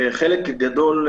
וחלק גדול,